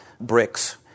bricks